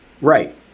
right